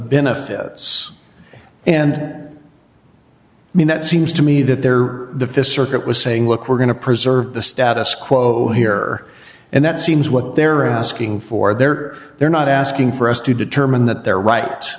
benefits and mean that seems to me that there the fifth circuit was saying look we're going to preserve the status quo here and that seems what they're asking for there they're not asking for us to determine that they're right